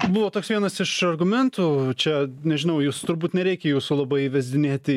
buvo toks vienas iš argumentų čia nežinau jūs turbūt nereikia jūsų labai įvesdinėti